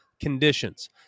conditions